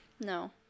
No